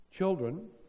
Children